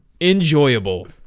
Enjoyable